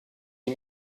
ihm